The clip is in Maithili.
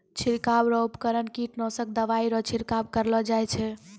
छिड़काव रो उपकरण कीटनासक दवाइ रो छिड़काव करलो जाय छै